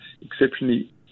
exceptionally